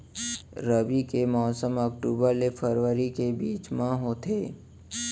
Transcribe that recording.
रबी के मौसम अक्टूबर ले फरवरी के बीच मा होथे